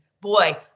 boy